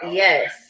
yes